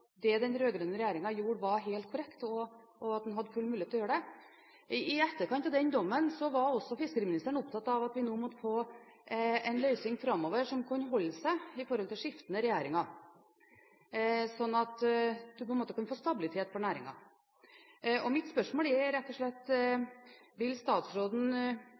det den rød-grønne regjeringen gjorde, var helt korrekt, og at man hadde full mulighet til å gjøre det, var også fiskeriministeren opptatt av at man nå måtte få en løsning framover som kunne holde seg med hensyn til skiftende regjeringer, sånn at man kunne få stabilitet for næringen. Mitt spørsmål er rett og slett: Vil statsråden